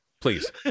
Please